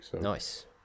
Nice